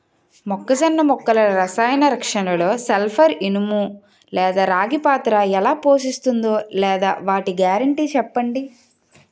మొక్కజొన్న మొక్కల రసాయన రక్షణలో సల్పర్, ఇనుము లేదా రాగి పాత్ర ఎలా పోషిస్తుందో లేదా వాటి గ్యారంటీ చెప్పండి